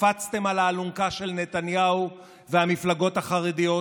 קפצתם על האלונקה של נתניהו והמפלגות החרדיות,